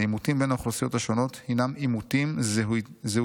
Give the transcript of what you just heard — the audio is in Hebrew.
העימותים בין האוכלוסיות השונות הינם עימותים זהותיים-ערכיים,